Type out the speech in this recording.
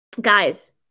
Guys